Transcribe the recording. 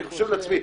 אני חושב לעצמי,